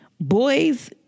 Boys